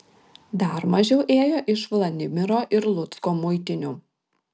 dar mažiau ėjo iš vladimiro ir lucko muitinių